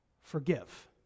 Forgive